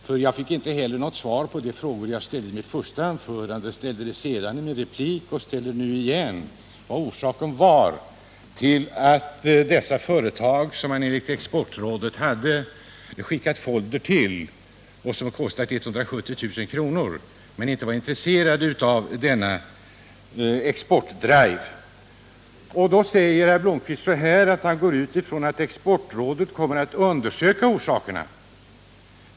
Inte heller fick jag något svar på de frågor jag ställt i mitt huvudanförande och som jag senare upprepade i en replik. Jag frågar därför även nu: Vad var orsaken till att de företag som man enligt Exportrådet hade skickat folder till — det kostade 170 000 kr. — inte var intresserade av denna exportdrive? Då säger herr Blomkvist att han utgår från att Exportrådet kommer att undersöka frågorna.